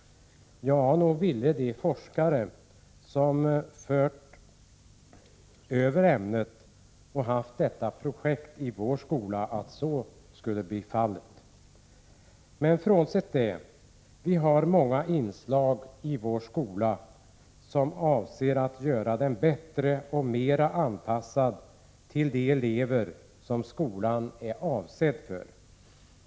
Ja, nog ville de forskare som fört över ämnet och genomfört detta projekt i vår skola att så skulle bli fallet. Frånsett det har vi många inslag i vår skola som avser att göra den bättre och mer anpassad till de elever skolan är avsedd för.